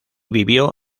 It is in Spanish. vivió